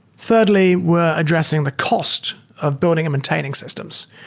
thirdly, we're addressing the cost of building and maintaining systems,